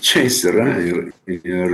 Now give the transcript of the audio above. čia jis yra ir ir